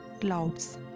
Clouds